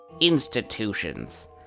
institutions